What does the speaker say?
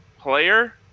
player